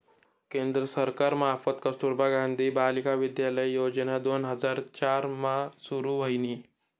केंद्र सरकार मार्फत कस्तुरबा गांधी बालिका विद्यालय योजना दोन हजार चार मा सुरू व्हयनी